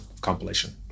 compilation